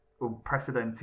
unprecedented